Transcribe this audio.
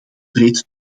breed